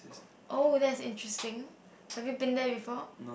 oh that is interesting have you been there before